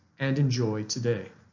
and enjoy today.